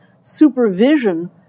supervision